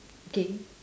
K